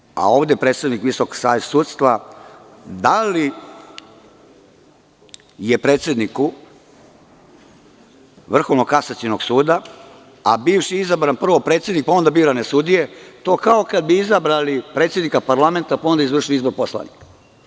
Takođe ne znam,a ovde je predstavnik Visokog saveta sudstva, da li je predsedniku Vrhovnog kasacionog suda, a bivši izabran prvo predsednik, pa onda birane sudije, to kao kada bi izabrali predsednika parlamenta, pa on da vrši izbor poslanika.